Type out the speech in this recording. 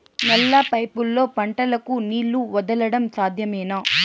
నల్ల పైపుల్లో పంటలకు నీళ్లు వదలడం సాధ్యమేనా?